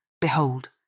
Behold